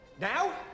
Now